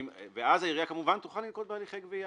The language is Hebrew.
ואז העירייה כמובן תוכל לנקוט בהליכי גבייה.